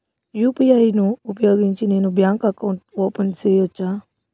UPI ను ఉపయోగించి నేను బ్యాంకు అకౌంట్ ఓపెన్ సేయొచ్చా?